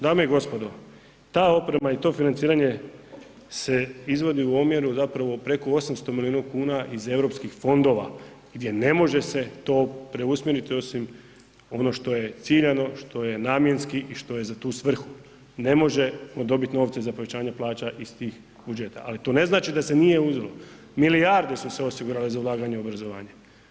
Dame i gospodo, ta oprema i to financiranje se izvodi u omjeru zapravo preko 800 milijuna kuna iz Europskih fondova gdje ne može se to preusmjeriti osim ono što je ciljano, što je namjenski i što je za tu svrhu, ne možemo dobit novce za povećanje plaća iz tih budžeta, ali to ne znači da se nije uzelo, milijarde su se osigurale za ulaganje u obrazovanje.